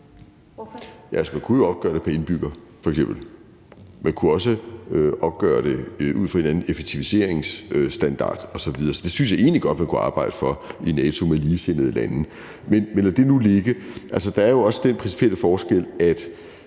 (RV): Man kunne jo f.eks. opgøre det pr. indbygger. Man kunne også opgøre det ud fra en anden effektiviseringsstandard osv. Så det synes jeg egentlig godt man kunne arbejde for i NATO med ligesindede lande. Men lad det nu ligge. Der er også den principielle forskel, at